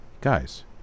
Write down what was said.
Guys